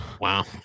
wow